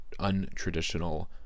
untraditional